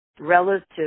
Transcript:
relative